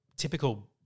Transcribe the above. typical